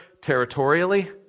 territorially